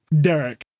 Derek